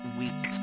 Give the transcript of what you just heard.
week